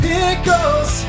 Pickles